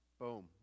Boom